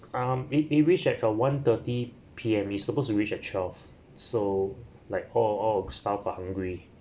um it it reach like from one thirty P_M he supposed to reach at twelve so like all all our staff are hungry